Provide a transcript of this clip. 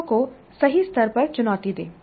छात्रों को सही स्तर पर चुनौती दें